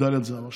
מדליית זהב.